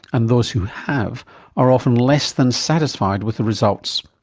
and those who have are often less than satisfied with the results.